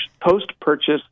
post-purchase